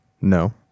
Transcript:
No